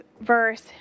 verse